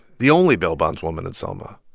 the only bail-bondswoman in selma.